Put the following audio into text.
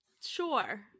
Sure